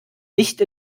nicht